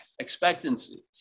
expectancy